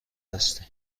هستیم